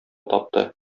тапты